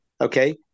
Okay